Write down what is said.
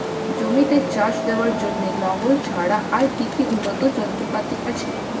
জমিতে চাষ দেওয়ার জন্য লাঙ্গল ছাড়া আর কি উন্নত যন্ত্রপাতি আছে?